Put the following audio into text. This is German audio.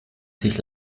sich